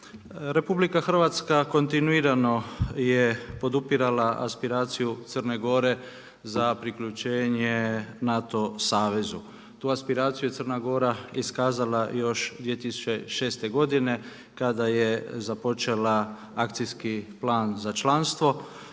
Republika Hrvatska kontinuirano je podupirala aspiraciju Crne Gore za priključenje NATO savezu. Tu aspiraciju je Crna Gora iskazala još 2006. godine kada je započela akcijski plan za članstvo.